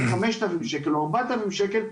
חמשת אלפים שקל או ארבעת אלפים שקל,